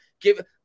give